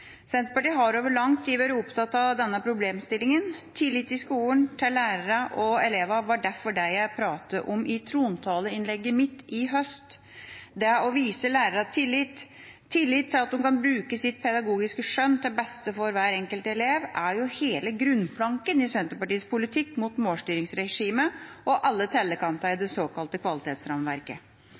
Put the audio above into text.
Senterpartiet har over lang tid vært opptatt av denne problemstillingen. Tillit til skolen, lærerne og elevene var derfor det jeg pratet om i trontaleinnlegget mitt i høst. Det å vise lærerne tillit, tillit til at de kan bruke sitt pedagogiske skjønn til det beste for hver enkelt elev, er jo hele grunnplanken i Senterpartiets politikk mot målstyringsregimet og alle tellekantene i det såkalte kvalitetsrammeverket.